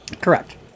Correct